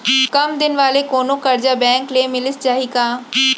कम दिन वाले कोनो करजा बैंक ले मिलिस जाही का?